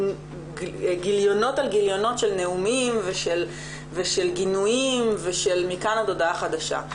גיליונות על גיליונות של נאומים ושל גינויים מכאן עד הודעה חדשה.